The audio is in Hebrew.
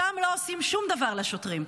שם לא עושים שום דבר לשוטרים.